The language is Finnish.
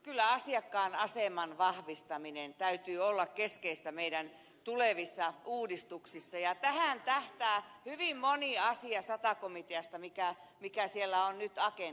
kyllä asiakkaan aseman vahvistaminen täytyy olla keskeistä meidän tulevissa uudistuksissa ja tähän tähtää sata komiteassa hyvin moni asia joka siellä on nyt agendalla